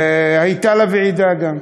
הייתה לה ועידה גם.